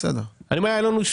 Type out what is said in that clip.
שיקולים.